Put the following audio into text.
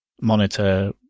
monitor